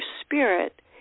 spirit